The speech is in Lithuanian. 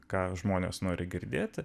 ką žmonės nori girdėti